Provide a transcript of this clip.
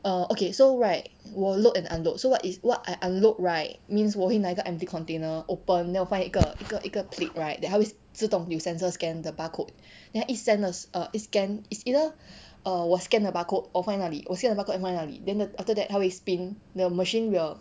err okay so right 我 load and unload so what is what I unload right means 我会拿一个 empty container open then 我放一个一个一个 plate right then 它会自动有 sensor scan the barcode then each scan err each scan is either err 我 scan the barcode 我放在那里我新的 barcode then 放那里 then the after that 它会 spin the machine will